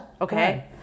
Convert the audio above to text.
Okay